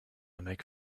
make